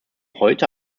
heute